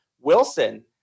Wilson